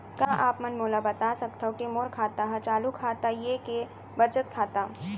का आप मन मोला बता सकथव के मोर खाता ह चालू खाता ये के बचत खाता?